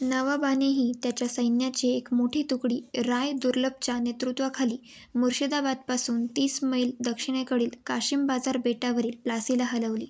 नवाबानेही त्याच्या सैन्याची एक मोठी तुकडी राय दुर्लभच्या नेतृत्वाखाली मुर्शिदाबादपासून तीस मैल दक्षिणेकडील काशीमबाजार बेटावरील प्लासीला हलवली